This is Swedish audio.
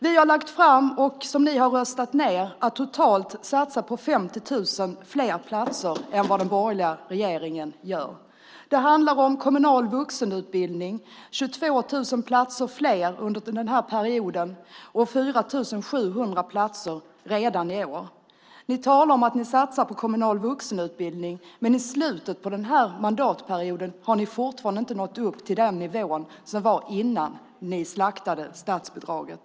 Vi har lagt fram ett förslag, som ni har röstat ned, där vi satsar på totalt 50 000 fler platser än vad den borgerliga regeringen gör. Det handlar om 22 000 platser fler i kommunal vuxenutbildning och 4 700 platser redan i år. Ni talar om att ni satsar på kommunal vuxenutbildning, men nu i slutet av mandatperioden har ni fortfarande inte nått upp till den nivå som var innan ni slaktade statsbidraget.